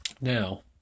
Now